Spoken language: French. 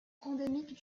endémique